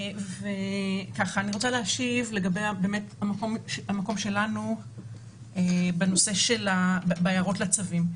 אני רוצה להשיב לגבי המקום שלנו בהערות לצווים.